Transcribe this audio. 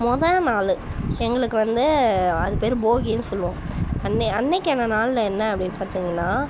மொதல் நாள் எங்களுக்கு வந்து அது பேர் போகினு சொல்லுவோம் அன்ன அன்றைக்கான நாளில் என்ன அப்படின்னு பார்த்திங்கன்னா